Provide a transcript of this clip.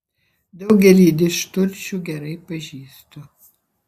daugelį didžturčių gerai pažįstu